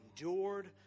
endured